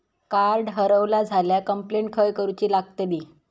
Card हरवला झाल्या complaint खय करूची लागतली?